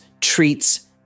treats